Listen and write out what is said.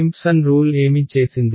Simpson rule ఏమి చేసింది